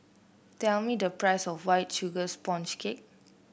tell me the price of White Sugar Sponge Cake